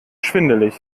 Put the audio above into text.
schwindelig